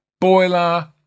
boiler